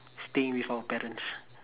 staying with our parents